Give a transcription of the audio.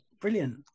Brilliant